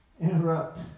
interrupt